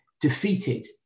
defeated